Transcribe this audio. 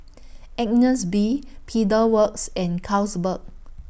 Agnes B Pedal Works and Carlsberg